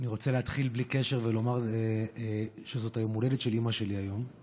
אני רוצה להתחיל ובלי קשר ולומר שזה יום ההולדת של אימא שלי היום,